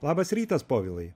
labas rytas povilai